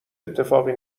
اتفاقی